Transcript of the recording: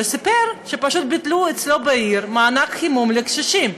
והוא סיפר שפשוט ביטלו אצלו בעיר את מענק החימום לקשישים.